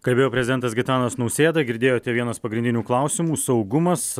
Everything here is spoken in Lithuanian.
kalbėjo prezidentas gitanas nausėda girdėjote vienas pagrindinių klausimų saugumas